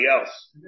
else